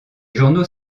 journaux